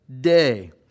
day